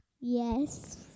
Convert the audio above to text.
yes